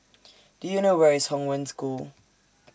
Do YOU know Where IS Hong Wen School